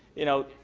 you know,